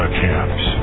camps